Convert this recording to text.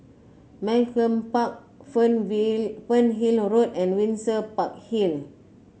Malcolm Park Fernhill Road and Windsor Park Hill